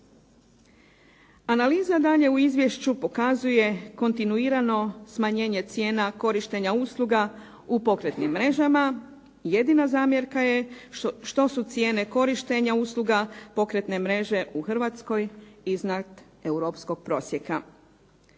Analiza dalje u izvješću pokazuje kontinuirano smanjenje cijena korištenja usluga u pokretnim mrežama. Jedina zamjerka je što su cijene korištenja usluga pokretne mreže u Hrvatskoj iznad europskog prosjeka.